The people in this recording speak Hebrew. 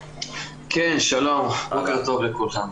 כן, שלום, בוקר טוב לכולכם.